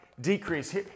decrease